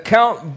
Count